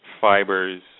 fibers